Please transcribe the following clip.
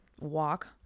walk